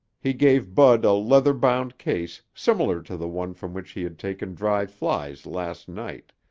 he gave bud a leather-bound case similar to the one from which he'd taken dry flies last night,